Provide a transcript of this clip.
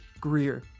Greer